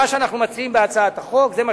מה שאנחנו מציעים בהצעת החוק זה מה